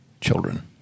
children